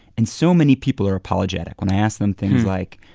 and so many people are apologetic when i ask them things like,